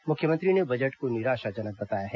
मुख्यमंत्री ने बजट को निराशाजनक बताया है